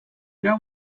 dont